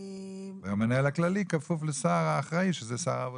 והמנהל הכללי כפוף לשר האחראי שזה שר העבודה.